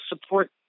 support